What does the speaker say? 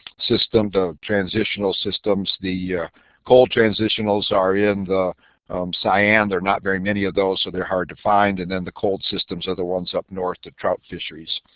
system transitional systems, the cold transitionals are in the cyan. they're not very many of those, so they're hard to find, and then the cold systems are the ones up north, the trout fisheries.